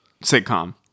sitcom